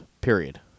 Period